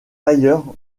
ailleurs